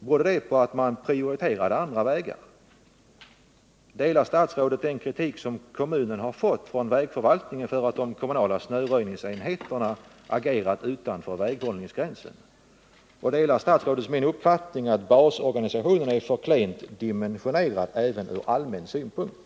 Berodde det på att man prioriterade andra vägar? Ansluter sig statsrådet till den kritik som kommunen har fått från vägförvaltningen för att de kommunala snöröjningsenheterna agerat utanför väghållningsgränsen? Och delar statsrådet min uppfattning att basorganisationen är för klent dimensionerad även ur allmän synpunkt?